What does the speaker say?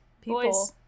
people